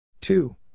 Two